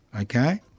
okay